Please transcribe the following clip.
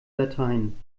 dateien